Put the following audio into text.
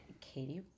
Katie